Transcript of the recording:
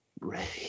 Ready